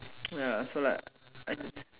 ya so like